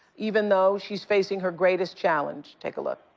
even though she's facing her greatest challenge. take a look.